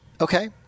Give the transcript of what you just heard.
Okay